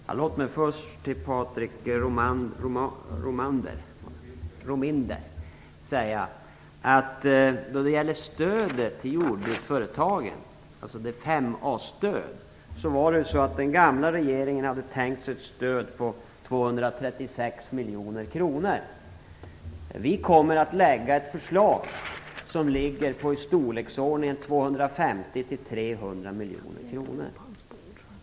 Fru talman! Låt mig först till Patrik Norinder säga följande: Då det gäller stödet till jordbruksföretagen, dvs. 5a-stöd, hade den gamla regeringen tänkt sig 236 miljoner kronor. Vi kommer att lägga fram ett förslag om ett stöd på i storleksordningen 250-300 miljoner kronor.